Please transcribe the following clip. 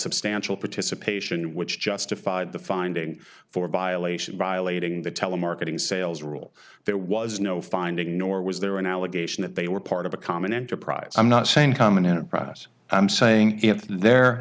substantial participation which justified the finding for violation violating the telemarketing sales rule there was no finding nor was there an allegation that they were part of a common enterprise i'm not saying common in a press i'm saying if the